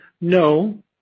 No